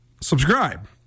subscribe